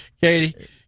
Katie